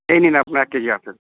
এই নিন আপনার এক কেজি আপেল